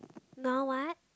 now what